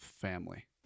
family